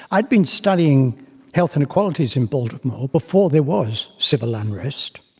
i had been studying health inequalities in baltimore before there was civil unrest.